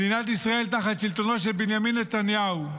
מדינת ישראל תחת שלטונו של בנימין נתניהו,